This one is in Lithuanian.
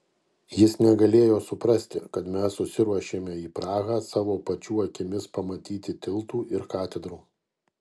jis negalėjo suprasti kad mes susiruošėme į prahą savo pačių akimis pamatyti tiltų ir katedrų